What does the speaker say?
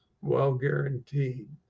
well-guaranteed